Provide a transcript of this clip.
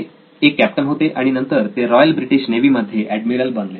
ते एक कॅप्टन होते आणि नंतर ते रॉयल ब्रिटिश नेव्ही मध्ये एडमिरल बनले